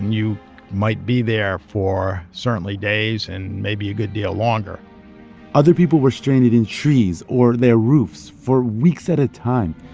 you might be there for certainly days, and maybe a good deal longer other people were stranded in trees or their roofs for weeks at a time.